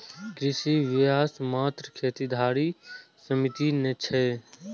कृषि व्यवसाय मात्र खेती धरि सीमित नै छै